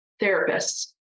therapists